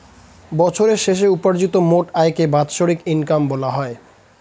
বছরের শেষে উপার্জিত মোট আয়কে বাৎসরিক ইনকাম বলা হয়